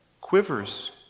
quivers